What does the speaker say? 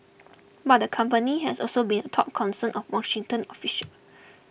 but the company has also been a top concern of Washington official